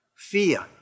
Fear